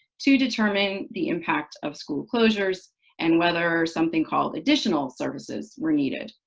to determine the impact of school closures and whether something called additional services were needed.